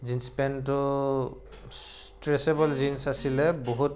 jeans পেনটো stretchable jeans আছিলে বহুত